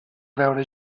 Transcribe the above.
veure